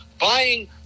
buying